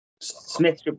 Smith